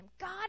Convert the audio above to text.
God